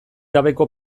gabeko